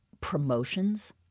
promotions